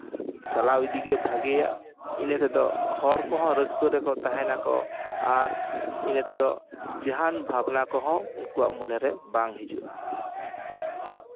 ᱪᱟᱞᱟᱣ ᱤᱫᱤᱜᱮ ᱵᱷᱟᱜᱮᱭᱟ ᱤᱱᱟᱹ ᱛᱮᱫᱚ ᱦᱚᱲᱠᱚᱦᱚᱸ ᱨᱟᱹᱥᱠᱟᱹ ᱨᱮᱠᱚ ᱛᱟᱦᱮᱱᱟᱠᱚ ᱟᱨ ᱤᱱᱟᱹ ᱛᱮᱫᱚ ᱡᱟᱦᱟᱱ ᱵᱷᱟᱵᱽᱱᱟ ᱠᱚᱦᱚᱸ ᱩᱱᱠᱩᱣᱟᱜ ᱢᱚᱱᱮᱨᱮ ᱵᱟᱝ ᱦᱤᱡᱩᱜᱼᱟ